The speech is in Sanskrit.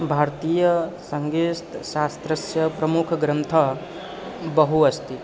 भार्तीयसङ्गीतशास्त्रस्य प्रमुखग्रन्थः बहु अस्ति